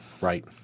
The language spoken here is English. Right